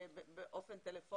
בטלפון?